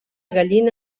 gallina